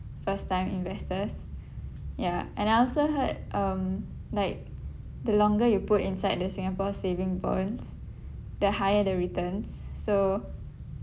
first time investors ya and I also heard um like the longer you put inside the Singapore saving bonds the higher the returns so